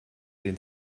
den